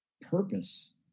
purpose